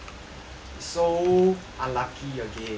so unlucky again